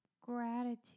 gratitude